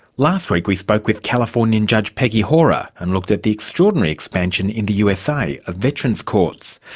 last week we spoke with californian judge peggy hora and looked at the extraordinary expansion in the usa of veterans' courts.